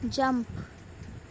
jump